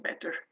better